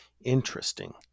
interesting